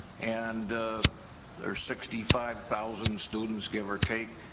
and there's sixty five thousand students give or take,